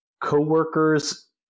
co-workers